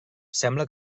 sembla